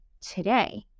today